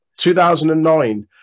2009